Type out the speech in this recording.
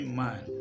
man